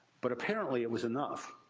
but apparently it was enough.